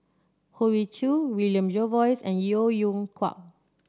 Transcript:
Hoey Choo William Jervois and Yeo Yeow Kwang